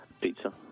Pizza